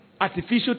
Artificial